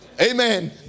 Amen